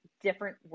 different